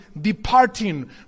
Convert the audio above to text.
departing